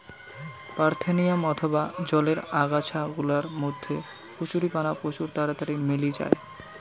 parthenium অথবা জলের আগাছা গুলার মধ্যে কচুরিপানা প্রচুর তাড়াতাড়ি মেলি জায়